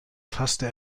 fasste